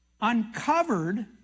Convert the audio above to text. Uncovered